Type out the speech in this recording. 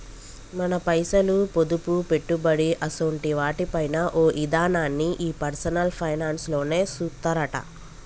మన పైసలు, పొదుపు, పెట్టుబడి అసోంటి వాటి పైన ఓ ఇదనాన్ని ఈ పర్సనల్ ఫైనాన్స్ లోనే సూత్తరట